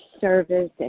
service